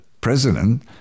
president